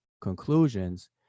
conclusions